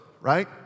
right